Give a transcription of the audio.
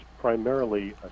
primarily